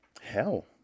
Hell